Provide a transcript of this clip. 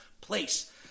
Place